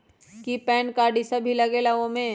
कि PAN card इ सब भी लगेगा वो में?